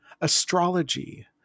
astrology